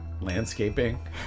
landscaping